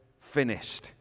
finished